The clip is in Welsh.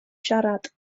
siarad